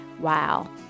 wow